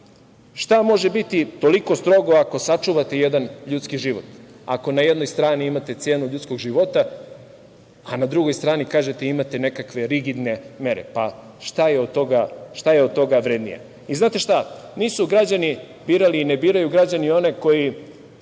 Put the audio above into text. šta može biti toliko strogo ako sačuvate jedan ljudski život, ako na jednoj strani imate cenu ljudskog života, a na drugoj strani, kažete, imate nekakve rigidne mere? Šta je od toga vrednije? Znate šta? Nisu građani birali i ne biraju građani one koji